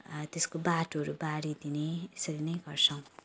त्यसको बाटोहरू बारिदिने यसरी नै गर्छौँ